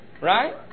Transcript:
right